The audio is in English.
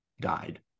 died